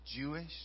jewish